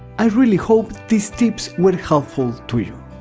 i really hope these tips were helpful to you.